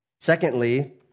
Secondly